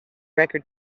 record